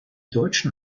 deutschen